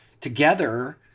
together